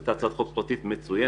זו הייתה הצעת חוק פרטית מצוינת.